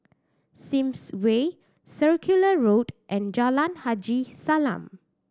Sims Way Circular Road and Jalan Haji Salam